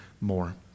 more